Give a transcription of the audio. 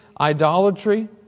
idolatry